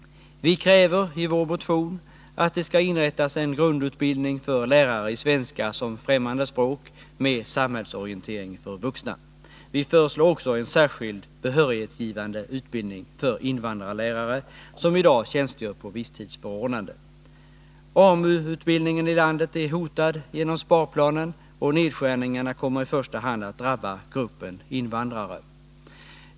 Vi kräver i vår motion att det skall inrättas en grundutbildning för lärare i svenska som främmande språk med samhällsorientering för vuxna. Vi föreslår också en särskild behörighetsgivande utbildning för invandrarlärare som i dag tjänstgör på visstidsförordnanden. AMU-utbildningen i landet är hotad genom sparplanen, och nedskärningarna kommer i första hand att drabba gruppen invandrare.